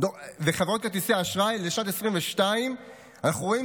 בחברות כרטיסי האשראי לשנת 2022 אנחנו רואים